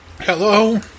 Hello